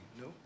No